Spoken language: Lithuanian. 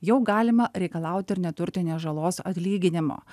jau galima reikalauti ir neturtinės žalos atlyginimo